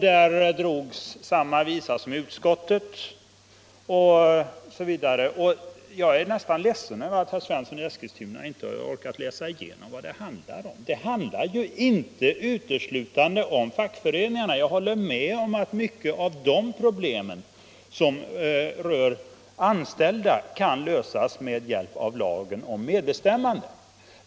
Där drogs samma visa som i utskottet. Jag är ledsen över att herr Svensson inte orkat läsa igenom vad det handlar om. Det handlar inte uteslutande om fackföreningarna. Jag håller med om att många av de problem som rör anställda kan lösas med hjälp av lagen om medbestämmande.